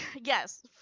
yes